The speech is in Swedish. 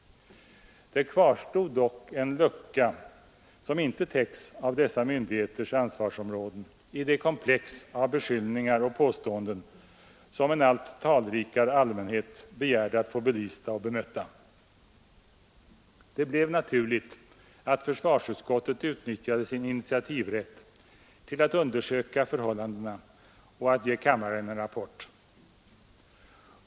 Det kvarstod dock en lucka, som inte täcks av dessa myndigheters ansvarsområden, i det komplex av beskyllningar och påståenden som en allt talrikare allmänhet begärde att få belysta och bemötta. Det blev naturligt att försvarsutskottet utnyttjade sin initiativrätt till att undersöka förhållandena och ge kammaren en rapport.